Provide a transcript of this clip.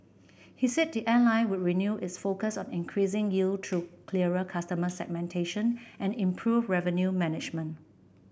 he said the airline would renew its focus on increasing yield through clearer customer segmentation and improved revenue management